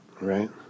right